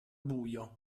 buio